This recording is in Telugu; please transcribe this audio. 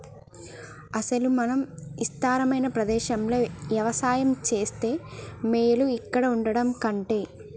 అసలు మనం ఇస్తారమైన ప్రదేశంలో యవసాయం సేస్తే మేలు ఇక్కడ వుండటం కంటె